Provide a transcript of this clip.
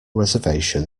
reservation